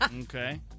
Okay